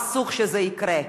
אסור שזה יקרה.